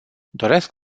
doresc